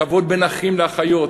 כבוד בין אחים ואחיות,